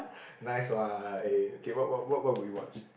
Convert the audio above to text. nice what eh okay what what what would you watch